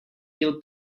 feel